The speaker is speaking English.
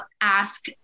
ask